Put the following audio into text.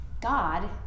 God